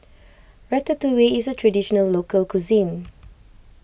Ratatouille is a Traditional Local Cuisine